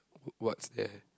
w~ what's there